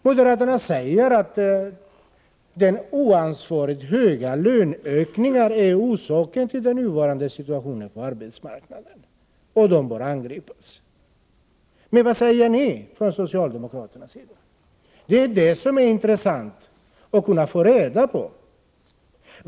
Moderaterna säger att de oansvarigt höga löneökningarna är orsaken till den nuvarande situationen på arbetsmarknaden och bör angripas. Men vad säger socialdemokraterna? Det vore intressant att få reda på.